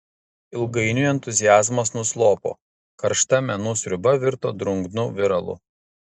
ilgainiui entuziazmas nuslopo karšta menų sriuba virto drungnu viralu